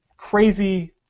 crazy